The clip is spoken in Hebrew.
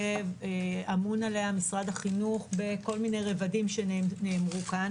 אמון עליה משרד החינוך בכל מיני רבדים שנאמרו פה,